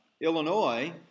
Illinois